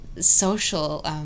social